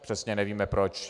Přesně nevíme proč.